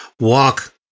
walk